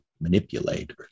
manipulate